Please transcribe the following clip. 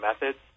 methods